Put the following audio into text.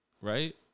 right